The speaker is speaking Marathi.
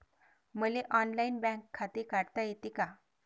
मले ऑनलाईन बँक खाते काढता येते का?